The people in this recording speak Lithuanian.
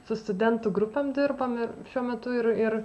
su studentų grupėm dirbam ir šiuo metu ir ir